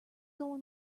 going